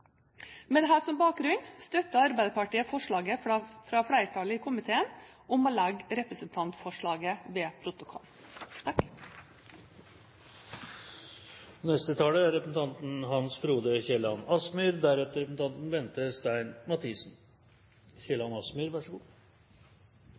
Med dette som bakgrunn støtter Arbeiderpartiet forslaget fra flertallet i komiteen om å legge representantforslaget ved protokollen.